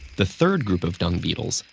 the third group of dung beetles,